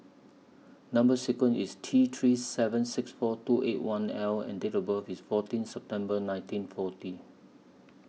Number sequence IS T three seven six four two eight one L and Date of birth IS fourteen September nineteen forty